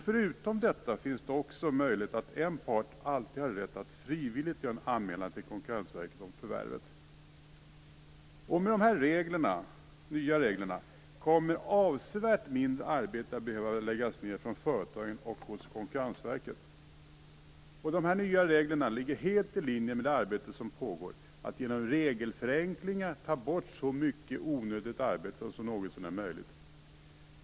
Förutom detta finns det också möjlighet att en part alltid har rätt att frivilligt göra en anmälan till Konkurrensverket om förvärvet. Med de här nya reglerna kommer avsevärt mindre arbete att behöva läggas ned från företagen och Konkurrensverket. De nya reglerna ligger helt i linje med det arbete som pågår att genom regelförenklingar ta bort så mycket onödigt arbete som möjligt.